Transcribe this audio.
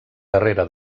darrere